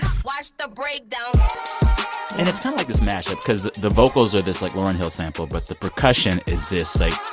watch the breakdown and it's kind of like this mash-up because the the vocals are this, like, lauryn hill sample. but the percussion is this like,